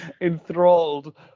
enthralled